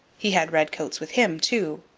he had redcoats with him, too.